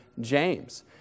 James